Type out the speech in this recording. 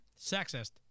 Sexist